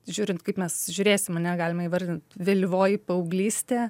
žiūrint kaip mes žiūrėsim ane galima įvardint vėlyvoji paauglystė